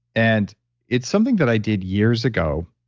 and it's something that i did years ago,